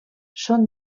són